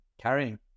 carrying